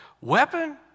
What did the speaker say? weapon